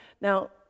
now